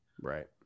Right